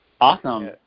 Awesome